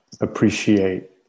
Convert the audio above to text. appreciate